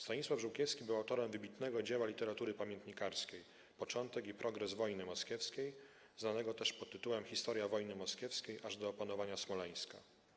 Stanisław Żółkiewski był autorem wybitnego dzieła literatury pamiętnikarskiej: 'Początek i progres wojny moskiewskiej', znanego też pod tytułem 'Historia wojny moskiewskiej aż do opanowania Smoleńska'